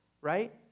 right